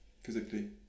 physically